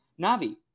Navi